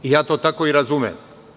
Ja to tako i razumem.